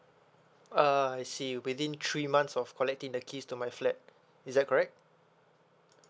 ah I see within three months of collecting the keys to my flat is that correct